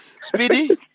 Speedy